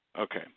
Okay